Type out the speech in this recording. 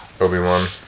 Obi-Wan